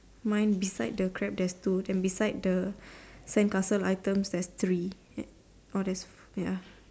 mine beside the crab there's two and beside the sandcastle item there's three oh there's ya